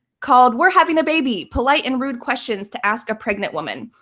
called we're having a baby polite and rude questions to ask a pregnant woman.